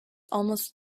almost